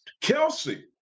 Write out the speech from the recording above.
Kelsey